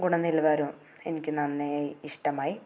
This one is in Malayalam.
ഗുണനിലവാരവും എനിക്ക് നന്നേ ഇഷ്ടമായി